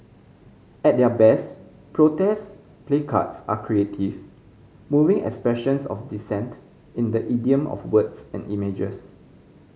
at their best protest placards are creative moving expressions of dissent in the idiom of words and images